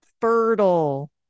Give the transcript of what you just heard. fertile